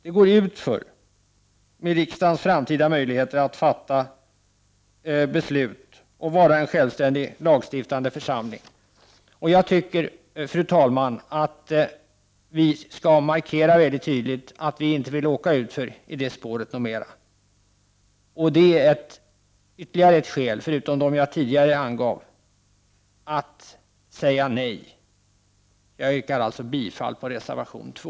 Det går utför vad gäller riksdagens framtida möjligheter att fatta beslut och vara en självständig, lagstiftande församling. Jag tycker, fru talman, att vi väldigt tydligt skall markera att vi inte vill åka utför i det spåret mera. Detta är ytterligare ett skäl, utöver de jag tidigare har angivit, till att säga nej i detta sammanhang. Jag yrkar således bifall till reservation 2.